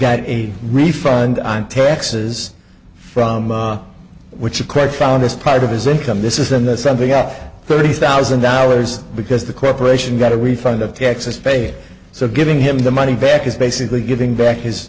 got a refund on taxes from which a credit found as part of his income this isn't that something off thirty thousand dollars because the corporation got a refund of texas pay so giving him the money back is basically giving back his